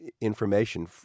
information